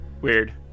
Weird